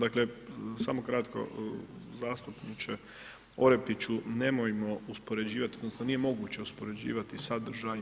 Dakle, samo kratko zastupniče Orepiću, nemojmo uspoređivati, odnosno nije moguće uspoređivati sadržaj